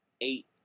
eight